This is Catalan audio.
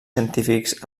científics